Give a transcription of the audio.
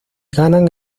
ganan